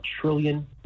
trillion